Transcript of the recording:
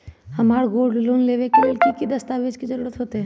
हमरा gold loan लेबे के लेल कि कि दस्ताबेज के जरूरत होयेत?